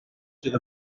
sydd